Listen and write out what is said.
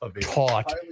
taught